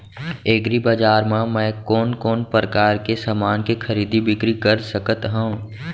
एग्रीबजार मा मैं कोन कोन परकार के समान के खरीदी बिक्री कर सकत हव?